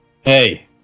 Hey